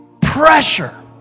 pressure